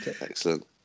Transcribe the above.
Excellent